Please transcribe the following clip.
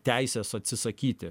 teisės atsisakyti